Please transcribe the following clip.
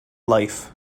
life